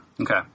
Okay